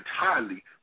entirely